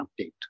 update